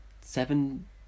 Seven